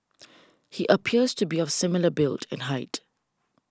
he appears to be of similar build and height